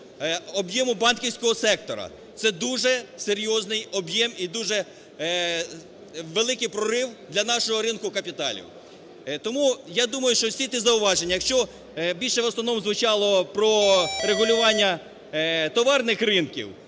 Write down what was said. об'єму банківського сектору. Це дуже серйозний об'єм і дуже великий прорив для нашого ринку капіталів. Тому я думаю, що всі ті зауваження, якщо більше в основному звучало про регулювання товарних ринків,